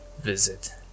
visit